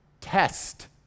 test